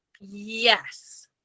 Yes